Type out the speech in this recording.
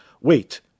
Wait